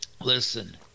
listen